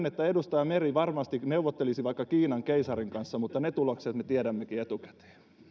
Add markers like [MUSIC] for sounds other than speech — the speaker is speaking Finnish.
[UNINTELLIGIBLE] että edustaja meri varmasti neuvottelisi vaikka kiinan keisarin kanssa mutta ne tulokset me tiedämmekin etukäteen